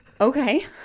Okay